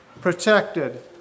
protected